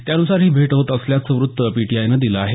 त्यानुसार ही भेट होत असल्याचं व्त्त पीटीआयनं दिलं आहे